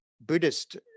Buddhist